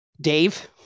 Dave